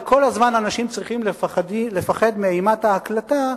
וכל הזמן אנשים צריכים לפחד מאימת ההקלטה,